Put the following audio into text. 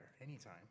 anytime